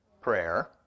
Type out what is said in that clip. Prayer